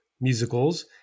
musicals